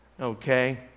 Okay